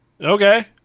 Okay